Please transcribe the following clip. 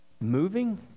moving